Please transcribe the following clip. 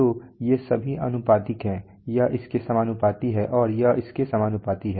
तो ये सभी आनुपातिक हैं यह इसके समानुपाती है और यह इसके समानुपाती है